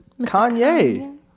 Kanye